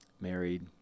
married